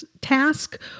task